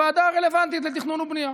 בוועדה הרלוונטית לתכנון ובנייה.